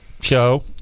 show